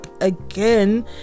again